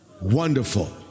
Wonderful